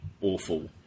awful